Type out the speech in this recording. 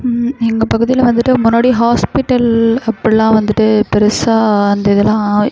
எங்கள் பகுதியில் வந்துட்டு முன்னாடி ஹாஸ்பிட்டல் அப்பிட்லாம் வந்துட்டு பெரிசா அந்த இதெல்லாம்